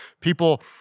People